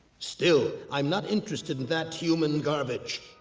still, i'm not interested in that human garbage.